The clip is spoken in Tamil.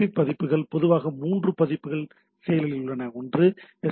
பி பதிப்புகள் பொதுவாக 3 பதிப்புகள் செயலில் உள்ளன எஸ்